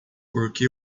porque